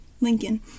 Lincoln